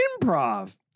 Improv